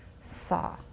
saw